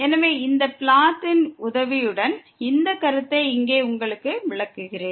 எனவே இந்த பிளாட் ன் உதவியுடன் இந்த கருத்தை இங்கே உங்களுக்கு விளக்குகிறேன்